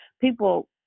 people